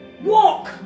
Walk